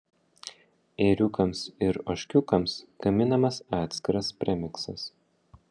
ėriukams ir ožkiukams gaminamas atskiras premiksas